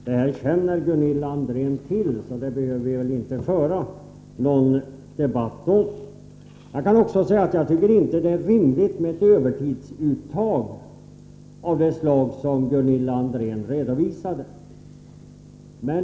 Det här känner Gunilla André till, så det behöver vi inte föra någon debatt om nu. Jag kan också säga att jag inte tycker att det är rimligt med ett övertidsuttag av det slag som Gunilla André redovisade.